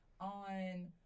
on